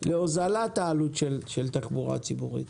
להוזלת העלות של תחבורה ציבורית?